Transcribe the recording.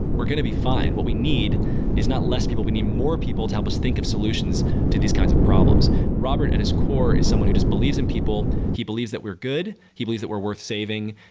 we're going to be fine. what we need is not less people. we need more people to help us think of solutions to these kinds of problems. robert at his core is someone who just believes in people. he believes that we're good. he believes that we're worth saving,